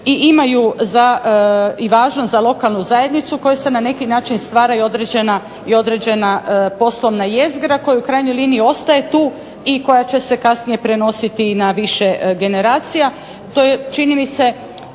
imaju i važno za lokalnu zajednicu koje se na neki način stvaraju određena poslovna jezgra koja u krajnjoj liniji ostaje tu i koja će se kasnije prenositi i na više generacija.